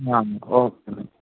ആ ഓക്കേ മേം